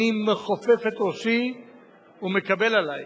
אני מכופף את ראשי ומקבל עלי.